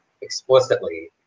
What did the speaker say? explicitly